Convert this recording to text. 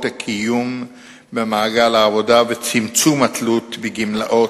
הקיום במעגל העבודה ולצמצום התלות בגמלאות.